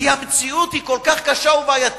כי המציאות היא כל כך קשה ובעייתית,